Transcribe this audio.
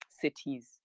cities